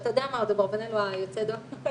שאתה יודע מה, עוד אברבנאל הוא היוצא דופן,